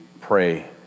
pray